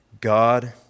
God